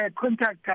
contact